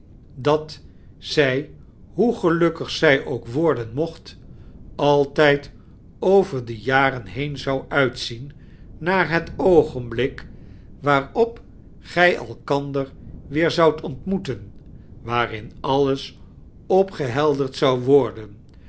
dat zij hoe gelukkig zij ook warden mocht altijd over die jaren heen zou uitzien maar het oogtemblik waarap gij elkander weer zoudt ontmoeten waarin alles opgehelderd zou wordsa